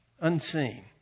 unseen